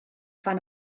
fan